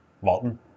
Walton